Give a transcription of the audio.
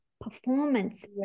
performance